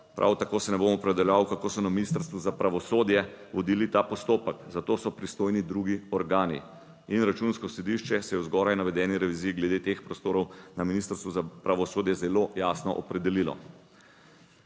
Prav tako se ne bom opredeljeval, kako so na Ministrstvu za pravosodje vodili ta postopek. Za to so pristojni drugi organi. In Računsko sodišče se je v zgoraj navedeni reviziji glede teh prostorov na Ministrstvu za pravosodje zelo jasno opredelilo.